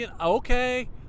okay